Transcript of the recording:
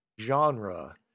genre